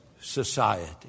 society